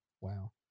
Wow